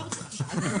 יתייחסו.